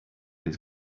his